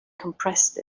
compressed